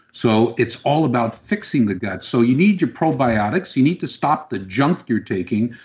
so it's all about fixing the gut. so you need your probiotics. you need to stop the junk you're taking,